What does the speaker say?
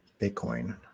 Bitcoin